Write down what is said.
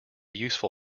useful